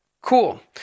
Cool